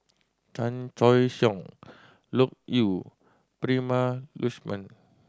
Chan Choy Siong Loke Yew Prema Letchumanan